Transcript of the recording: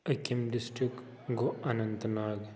أکِم district گوٚو اننت ناگ